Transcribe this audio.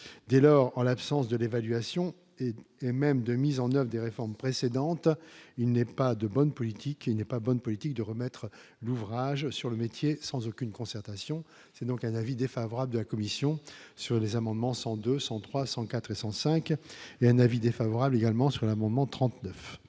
dès lors en l'absence de l'évaluation et même de mises en Oeuvres des réformes précédentes, il n'est pas de bonne politique n'est pas bonne politique de remettre l'ouvrage sur le métier, sans aucune concertation, c'est donc un avis défavorable de la commission sur les amendements 100, 200, 300, 400 5 mais un avis défavorable également sur l'amendement 39.